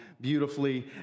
beautifully